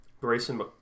Grayson